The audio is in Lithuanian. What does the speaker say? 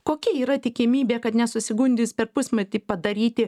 kokia yra tikimybė kad nesusigundys per pusmetį padaryti